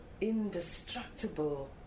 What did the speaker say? indestructible